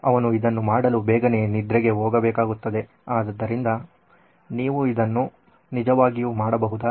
ಅವನು ಇದನ್ನು ಮಾಡಲು ಬೇಗನೆ ನಿದ್ರೆಗೆ ಹೋಗಬೇಕಾಗುತ್ತದೆ ಆದ್ದರಿಂದ ನೀವು ಇದನ್ನು ನಿಜವಾಗಿಯೂ ಮಾಡಬಹುದು